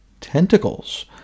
tentacles